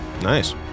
Nice